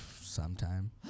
Sometime